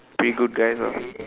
pretty good guys ah